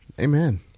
Amen